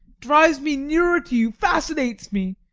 drives me nearer to you, fascinates me,